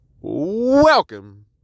welcome